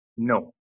No